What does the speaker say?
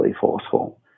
forceful